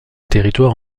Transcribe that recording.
territoire